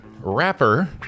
Rapper